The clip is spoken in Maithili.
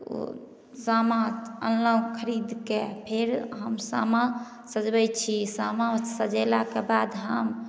उ सामा आनलहुॅं खरीदके फेर हम सामा सजबै छी सामा सजेलाके बाद हम